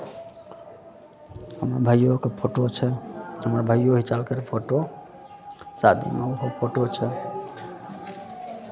हमर भाइयोके फोटो छै हमर भाइयो घिचलकै रहए फोटो शादीमे ओहो फोटो छै